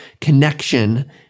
connection